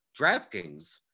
DraftKings